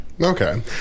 Okay